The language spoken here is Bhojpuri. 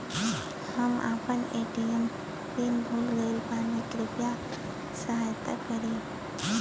हम आपन ए.टी.एम पिन भूल गईल बानी कृपया सहायता करी